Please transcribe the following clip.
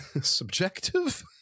subjective